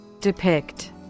Depict